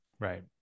Right